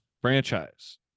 franchise